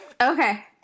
okay